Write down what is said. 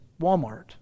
Walmart